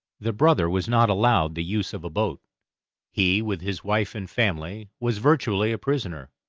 the brother was not allowed the use of a boat he, with his wife and family, was virtually a prisoner,